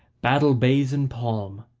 battle-bays and palm,